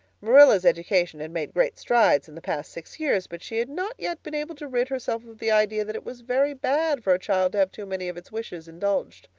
marilla's education had made great strides in the past six years but she had not yet been able to rid herself of the idea that it was very bad for a child to have too many of its wishes indulged.